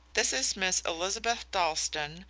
this is miss elizabeth dalstan,